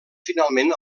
finalment